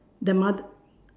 the moth~